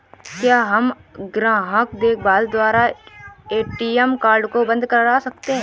क्या हम ग्राहक देखभाल द्वारा ए.टी.एम कार्ड को बंद करा सकते हैं?